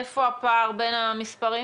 איפה הפער בין המספרים?